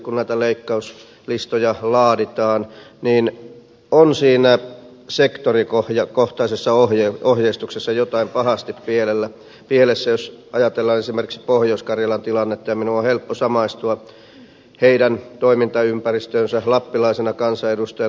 kun näitä leikkauslistoja laaditaan niin on siinä sektorikohtaisessa ohjeistuksessa jotain pahasti pielessä jos ajatellaan esimerkiksi pohjois karjalan tilannetta ja minun on helppo samastua heidän toimintaympäristöönsä lappilaisena kansanedustajana